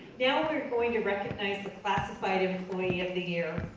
now we're going to recognize the classified employee of the year.